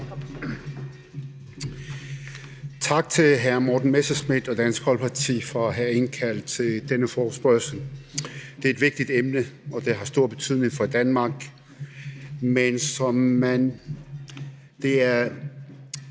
Tak til hr. Morten Messerschmidt og Dansk Folkeparti for at have indkaldt til denne forespørgsel. Det er et vigtigt emne, og det har stor betydning for Danmark.